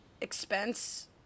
expense